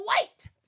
wait